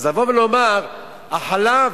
אז לבוא ולומר: "החלב",